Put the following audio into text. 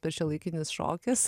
per šiuolaikinis šokis